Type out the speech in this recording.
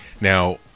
Now